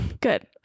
Good